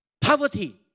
Poverty